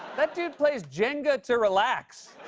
that dude plays jenga to relax.